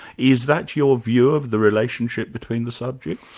is that your view of the relationship between the subjects?